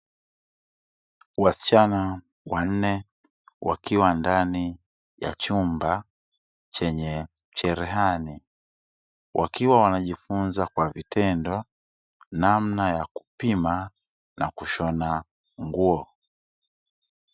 Wasichana wanne wakiwa ndani ya chumba chenye cherehani, Wakiwa wanajifunza kwa vitendo namna ya kupima na kushona nguo.